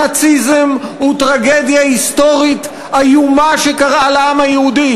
הנאציזם הוא טרגדיה היסטורית איומה שקרתה לעם היהודי.